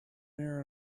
near